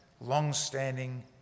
long-standing